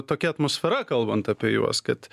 tokia atmosfera kalbant apie juos kad